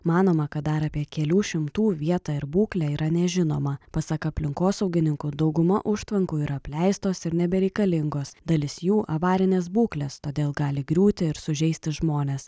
manoma kad dar apie kelių šimtų vietą ir būklę yra nežinoma pasak aplinkosaugininkų dauguma užtvankų yra apleistos ir nebereikalingos dalis jų avarinės būklės todėl gali griūti ir sužeisti žmones